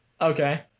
Okay